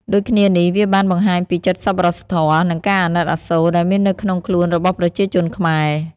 ដូចគ្នានេះ វាបានបង្ហាញពីចិត្តសប្បុរសធម៌ និងការអាណិតអាសូរដែលមាននៅក្នុងខ្លួនរបស់ប្រជាជនខ្មែរ។